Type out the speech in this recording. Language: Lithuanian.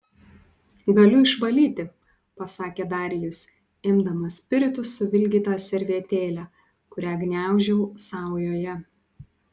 galiu išvalyti pasakė darijus imdamas spiritu suvilgytą servetėlę kurią gniaužiau saujoje